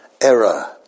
error